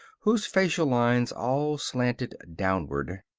whose facial lines all slanted downward.